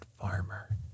farmer